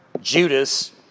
Judas